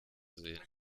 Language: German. sehen